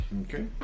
Okay